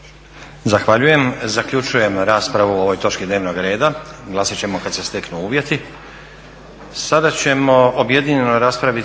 Zahvaljujem. Zaključujem raspravu o ovoj točki dnevnog reda. Glasat ćemo kad se steknu uvjeti. **Leko, Josip